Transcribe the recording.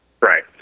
Right